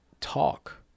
talk